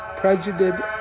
prejudiced